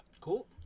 cool